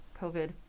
COVID